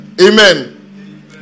Amen